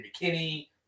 McKinney